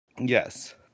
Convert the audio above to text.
yes